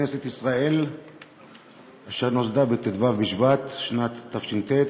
לברך את כנסת ישראל שנוסדה בט"ו בשבט שנת תש"ט,